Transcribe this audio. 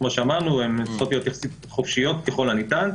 כמו שאמרנו צריכות להיות יחסית חופשיות ככל הניתן.